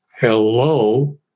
Hello